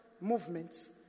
movements